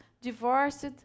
divorced